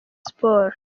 sports